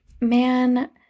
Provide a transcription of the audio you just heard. man